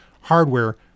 hardware